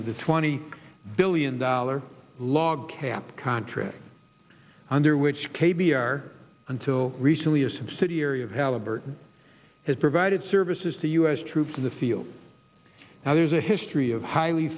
of the twenty billion dollar log cap contract under which k b r until recently a subsidiary of halliburton has provided services to us troops in the field now there's a history of highly